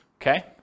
Okay